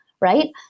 Right